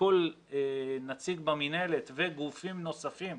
כל נציג במינהלת וגופים נוספים,